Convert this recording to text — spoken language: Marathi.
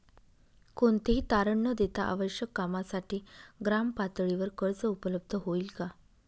कोणतेही तारण न देता आवश्यक कामासाठी ग्रामपातळीवर कर्ज उपलब्ध होईल का?